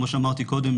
כמו שאמרתי קודם,